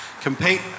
compete